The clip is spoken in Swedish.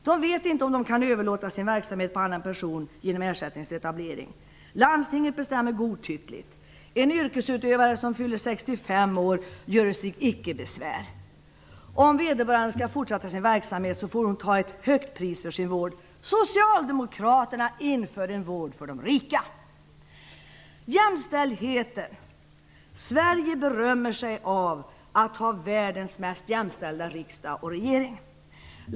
De vet inte om de kan överlåta sin verksamhet på annan person genom ersättningsetablering. Landstinget bestämmer godtyckligt. En yrkesutövare som fyller 65 år göre sig icke besvär! Om vederbörande skall fortsätta sin verksamhet får hon ta ett högt pris för sin vård. Socialdemokraterna inför en vård för de rika. Jämställdheten: Sverige berömmer sig av att ha världens mest jämställda riksdag och regering.